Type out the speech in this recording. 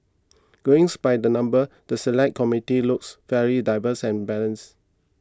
going by the numbers the Select Committee looks fairly diverse and balanced